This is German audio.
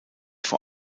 vor